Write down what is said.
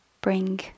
bring